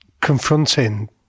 confronting